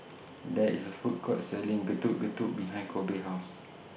There IS A Food Court Selling Getuk Getuk behind Kobe's House